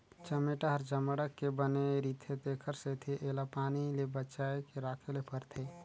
चमेटा ह चमड़ा के बने रिथे तेखर सेती एला पानी ले बचाए के राखे ले परथे